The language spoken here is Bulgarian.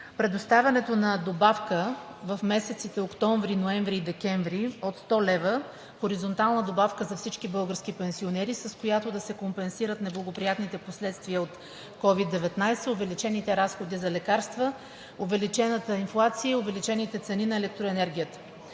предоставянето на добавка в месеците октомври, ноември и декември от 100 лв., хоризонтална добавка за всички български пенсионери, с която да се компенсират неблагоприятните последствия от COVID-19, увеличените разходи за лекарства, увеличената инфлация и увеличените цени на електроенергията.